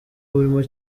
burimo